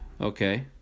Okay